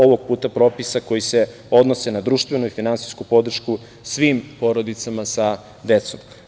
Ovog puta propisa koji se odnose na društveno i finansijsku podršku svim porodicama sa decom.